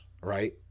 right